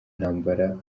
ntambara